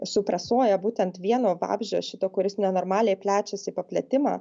supresuoja būtent vieno vabzdžio šito kuris nenormaliai plečiasi paplitimą